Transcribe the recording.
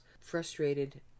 frustrated